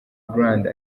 grande